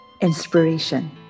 inspiration